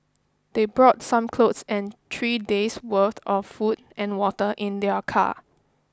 they brought some clothes and three days' worth of food and water in their car